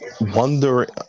wondering